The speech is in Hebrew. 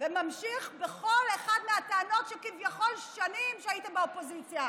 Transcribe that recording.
וממשיך בכל אחת מהטענות שכביכול שנים הייתם באופוזיציה.